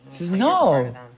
No